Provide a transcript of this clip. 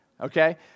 okay